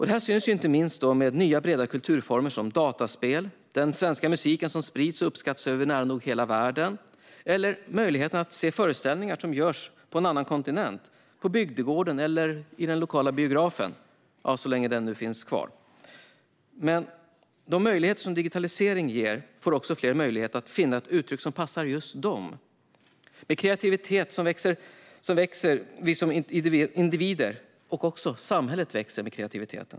Detta syns inte minst med nya breda kulturformer som dataspel, den svenska musik som sprids och uppskattas över nära nog hela världen och möjligheter att se föreställningar som görs på en annan kontinent på bygdegården eller den lokala biografen, så länge den nu finns kvar. Med de möjligheter som digitalisering ger får också fler möjlighet att finna ett uttryck som passar just dem. Med kreativitet växer vi som individer men också som samhälle.